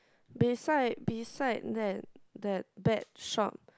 beside beside that that bet shop